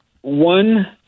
one